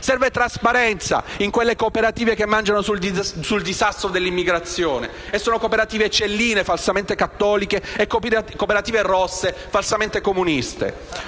Serve trasparenza in quelle cooperative che mangiano sul disastro dell'immigrazione e sono cooperative cielline, falsamente cattoliche, e cooperative rosse, falsamente comuniste.